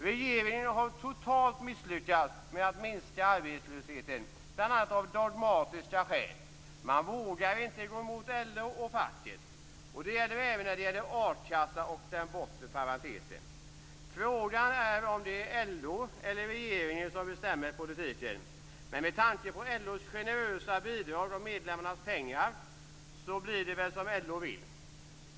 Regeringen har totalt misslyckats med att minska arbetslösheten, bl.a. av dogmatiska skäl. Man vågar inte gå emot LO och facket. Det gäller även a-kassan och den bortre parentesen. Frågan är om det är LO eller regeringen som bestämmer politiken, men med tanke på LO:s generösa bidrag av medlemmarnas pengar blir det väl som LO vill.